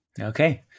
Okay